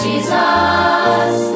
Jesus